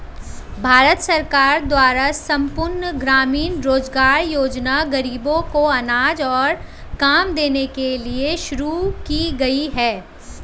भारत सरकार द्वारा संपूर्ण ग्रामीण रोजगार योजना ग़रीबों को अनाज और काम देने के लिए शुरू की गई है